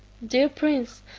dear prince,